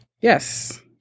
Yes